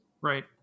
Right